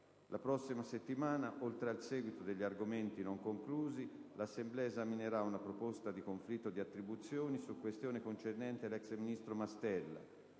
La prossima settimana, oltre al seguito degli argomenti non conclusi, 1'Assemblea esaminerà una proposta di conflitto di attribuzioni su questione concernente l'*ex* ministro Mastella,